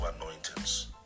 anointings